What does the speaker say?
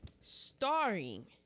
Starring